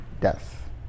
death